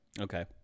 okay